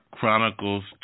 Chronicles